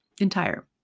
entire